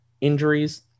injuries